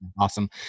Awesome